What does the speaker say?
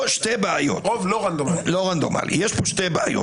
וישתכנעו מטענותיה של חברת הכנסת לשעבר גבי